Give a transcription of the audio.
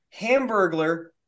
Hamburglar